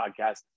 podcast